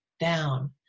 down